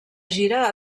gira